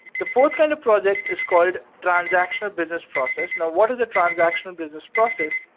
the fourth kind of project is called transactional business process. now, what is a transactional business process?